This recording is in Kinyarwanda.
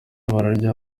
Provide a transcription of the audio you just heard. bararya